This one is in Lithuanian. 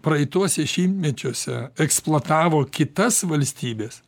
praeituose šimtmečiuose eksploatavo kitas valstybes